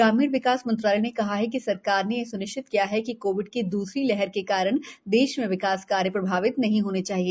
ग्रामीण विकास मंत्रालय ने कहा है कि सरकार ने यह स्निश्चित किया है कि कोविड की द्रसरी लहर के कारण देश में विकास कार्य प्रभावित नहीं होने चाहिए